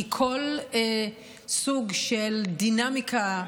כי כל סוג של דינמיקה,